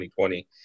2020